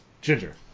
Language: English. Ginger